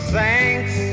thanks